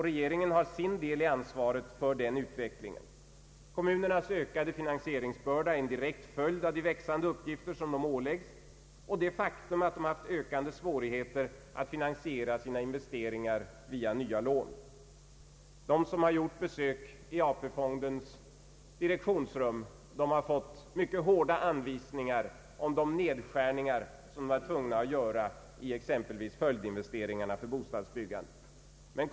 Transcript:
Regeringen har givetvis sin del i ansvaret för den utvecklingen. Kommunernas ökade finansieringsbörda är en direkt följd av de växande uppgifter som de åläggs och av det faktum att de haft ökande svårigheter att finansiera sina investeringar via nya lån. De kommunalmän som gjort besök i AP-fondens direktionsrum har fått mycket hårda anvisningar om de nedskärningar som de är tvungna att göra i exempelvis följdinvesteringarna till bostadsbyggandet.